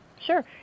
sure